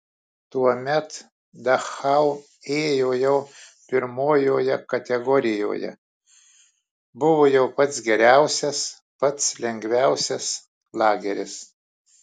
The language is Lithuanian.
tuomet dachau ėjo jau pirmojoje kategorijoje buvo jau pats geriausias pats lengviausias lageris